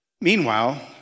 Meanwhile